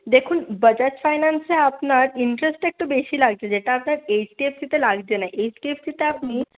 দেখুন বাজাজ ফাইন্যান্সে আপনার ইন্টারেস্টটা একটু বেশি লাগছে যেটা আপনার এইচ ডি এফ তে লাগছে না এইচ ডি এফ সিটা আপনি